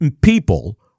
people